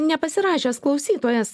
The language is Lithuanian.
nepasirašęs klausytojas